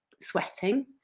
sweating